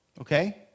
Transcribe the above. okay